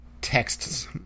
texts